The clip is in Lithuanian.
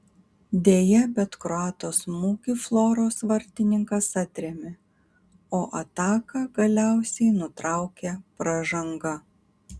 deja bet kroato smūgį floros vartininkas atrėmė o ataką galiausiai nutraukė pražanga